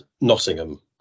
Nottingham